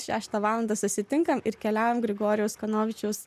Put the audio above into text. šeštą valandą susitinkam ir keliaujam grigorijaus kanovičiaus